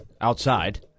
outside